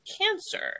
cancer